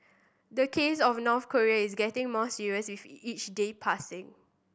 the case of North Korea is getting more serious with each day passing